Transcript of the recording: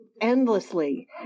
Endlessly